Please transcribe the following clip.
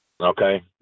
Okay